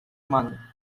man